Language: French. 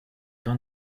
pins